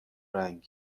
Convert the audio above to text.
رنگ